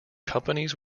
companies